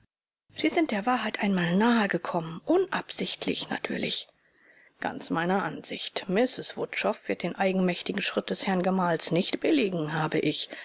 sie sind der wahrheit einmal nahegekommen unabsichtlich natürlich ganz meine ansicht mrs wutschow wird den eigenmächtigen schritt des herrn gemahls nicht billigen habe ich